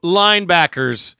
linebackers